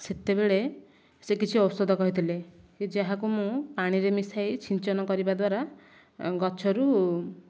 ସେତେବେଳେ ସେ କିଛି ଔଷଧ କହିଥିଲେ ଯାହାକୁ ମୁଁ ପାଣିରେ ମିଶେଇ ସିଞ୍ଚନ କରିବା ଦ୍ଵାରା ଗଛରୁ